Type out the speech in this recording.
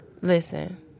Listen